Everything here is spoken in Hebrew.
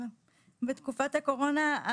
בתקופת הקורונה,